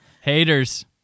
haters